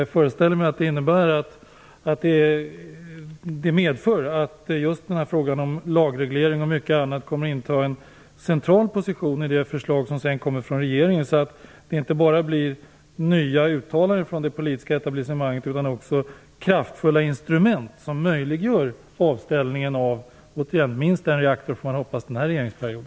Jag föreställer mig att det medför att just frågan om lagreglering och mycket annat kommer att inta en central position i det förslag som sedan kommer ifrån regeringen, så att det inte bara blir nya uttalanden från det politiska etablissemanget utan också kraftfulla instrument som möjliggör avställningen av, som man får hoppas, minst en reaktor under denna mandatperiod.